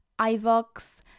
iVox